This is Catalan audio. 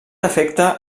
efecte